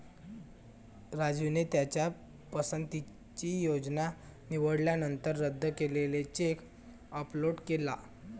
राजूने त्याच्या पसंतीची योजना निवडल्यानंतर रद्द केलेला चेक अपलोड केला